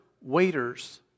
waiters